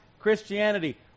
Christianity